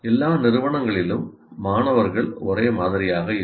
எல்லா நிறுவனங்களிலும் மாணவர்கள் ஒரே மாதிரியாக இல்லை